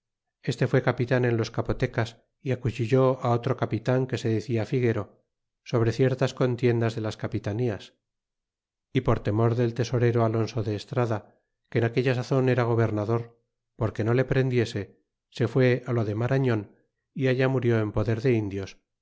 este fue capitan en los capotecas é acuchillé otro capitan que se decia figuero sobre ciertas contiendas de las capitanías e por temor del tesorero alonso de estrada que en aquella sazon era gobernador porque no le prendiese se fue lo de marañon é allá murió en poder de indios